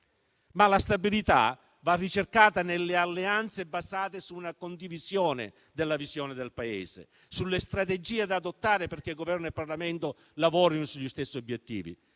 Ma la stabilità va ricercata nelle alleanze basate su una condivisione della visione del Paese, sulle strategie da adottare perché il Governo e il Parlamento lavorino sugli stessi obiettivi.